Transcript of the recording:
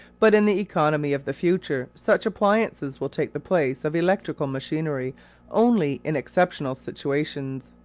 but in the economy of the future such appliances will take the place of electrical machinery only in exceptional situations.